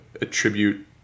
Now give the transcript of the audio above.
attribute